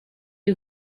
you